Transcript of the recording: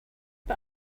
but